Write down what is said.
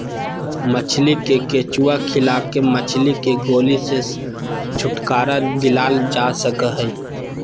मछली के केंचुआ खिला के मछली के गोली से छुटकारा दिलाल जा सकई हई